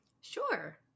Sure